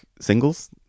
singles